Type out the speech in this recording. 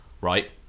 Right